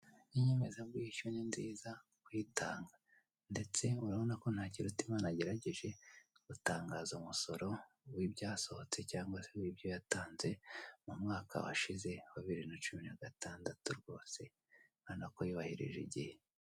Inyemezabwishyu ni nziza kuyitanga ndetse urabona ko Ntakirutimana yagerageje gutangaza umusoro w'ibyasohotse cyangwa se w'ibyo yatanze, mu mwaka washize wa bibiri na cumi na gatandatu rwose, urabona ko yubahirije igihe.